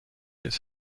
its